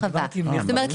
כלומר,